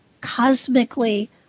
cosmically